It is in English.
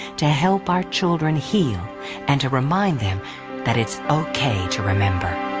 to help our children heal and to remind them that it's okay to remember.